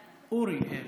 אוריאל.